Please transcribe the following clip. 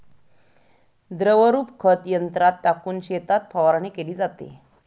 द्रवरूप खत यंत्रात टाकून शेतात फवारणी केली जाते